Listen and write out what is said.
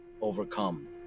overcome